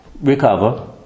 recover